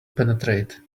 penetrate